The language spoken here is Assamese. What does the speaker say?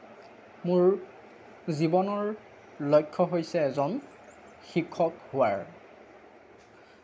মোৰ জীৱনৰ লক্ষ্য হৈছে এজন শিক্ষক হোৱাৰ